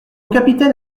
capitaine